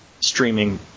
streaming